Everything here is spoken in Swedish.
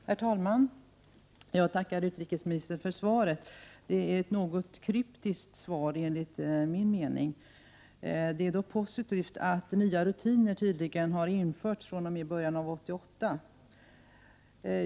Herr talman! Jag tackar utrikesministern för svaret. Det är enligt min mening ett något kryptiskt svar. Det är dock positivt att nya rutiner tydligen har införts fr.o.m. början av 1988.